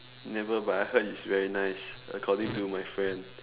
never but I heard is very nice according to my friend